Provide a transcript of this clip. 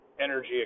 energy